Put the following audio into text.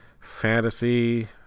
fantasy